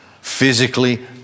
physically